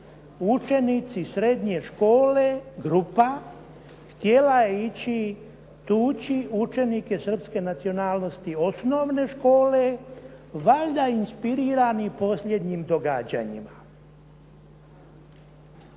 Učenici srednje škole, grupa htjela je ići tuči učenike srpske nacionalnosti osnovne škole valjda inspirirani posljednjim događanjima.